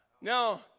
Now